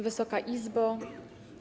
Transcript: Wysoka Izbo!